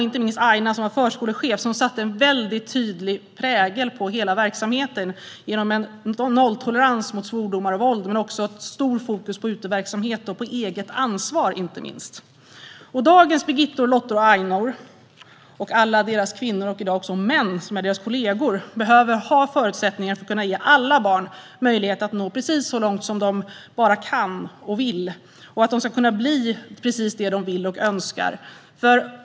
Inte minst var det Aina, förskolechefen, som satte en tydlig prägel på hela verksamheten genom nolltolerans mot svordomar och våld men också ett stort fokus på uteverksamhet och inte minst eget ansvar. Dagens Birgittor, Lottor och Ainor - och alla deras kvinnliga och manliga kollegor - behöver ha förutsättningar att ge alla barn möjlighet att nå precis så långt de bara kan och vill, så att de kan bli precis det de vill och önskar.